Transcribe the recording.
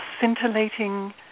scintillating